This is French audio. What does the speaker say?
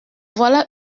voilà